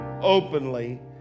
openly